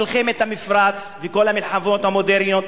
מלחמת המפרץ וכל המלחמות המודרניות